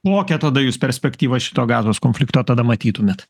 kokią tada jūs perspektyvą šito gazos konflikto tada matytumėt